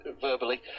verbally